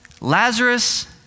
Lazarus